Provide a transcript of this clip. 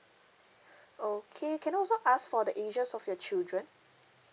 okay can I also ask for the ages of your children